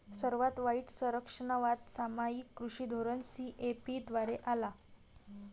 सर्वात वाईट संरक्षणवाद सामायिक कृषी धोरण सी.ए.पी द्वारे आला